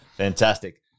Fantastic